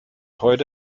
heute